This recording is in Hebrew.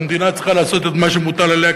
המדינה צריכה לעשות את מה שמוטל עליה,